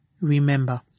Remember